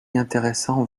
intéressant